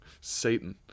Satan